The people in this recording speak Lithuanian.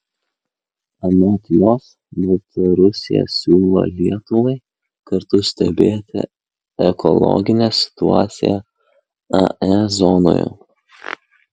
anot jos baltarusija siūlo lietuvai kartu stebėti ekologinę situaciją ae zonoje